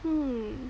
hmm